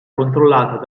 controllata